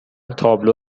تابلو